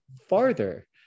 farther